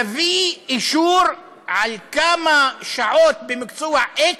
תביא אישור על כמה שעות במקצוע x,